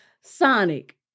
Sonic